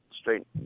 straight